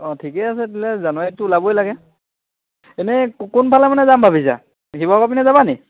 অঁ ঠিকে আছে তেতিয়ালে জানুৱাৰীতটো ওলাবই লাগে এনেই কোনফালে মানে যাম ভাবিছা শিৱসাগৰ পিনে যাবা নি